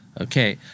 Okay